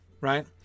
right